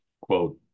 Quote